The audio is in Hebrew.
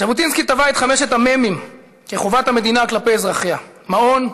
ז'בוטינסקי טבע את חמשת המ"מים כחובת המדינה כלפי אזרחיה: מעון,